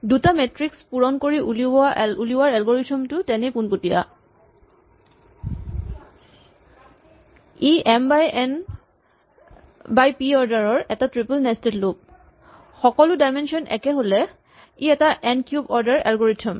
দুটা মেট্ৰিক্স ৰ পূৰণফল উলিওৱাৰ এলগৰিথম টো তেনেই পোণপটীয়া ই M by N by P order ৰ এটা ট্ৰিপল নেস্টেড লুপ সকলো ডাইমেনচন একে হ'লে ই এটা এন কিউব অৰ্ডাৰ ৰ এলগৰিথম